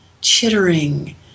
chittering